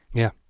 yeah.